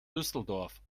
düsseldorf